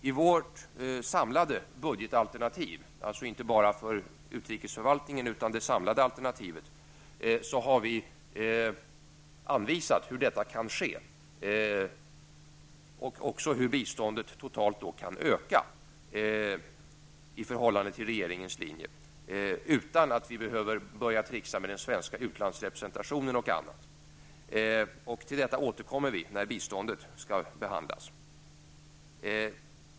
I vårt samlade budgetalternativ, dvs. vårt förslag till budget inte bara för utrikesförvaltningen, har vi anvisat hur detta kan ske och också hur biståndet totalt sett kan öka i förhållande till regeringens linje utan att vi behöver börja tricksa med den svenska utlandsrepresentationen och annat. Till detta återkommer vi när biståndet skall behandlas.